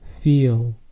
feel